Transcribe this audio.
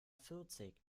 vierzig